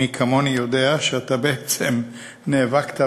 מי כמוני יודע שאתה בעצם נאבקת,